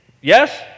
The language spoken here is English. Yes